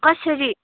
कसरी